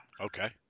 Okay